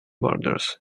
borders